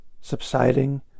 Subsiding